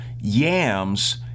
Yams